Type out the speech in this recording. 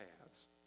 paths